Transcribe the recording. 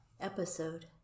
episode